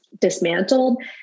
dismantled